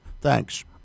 Thanks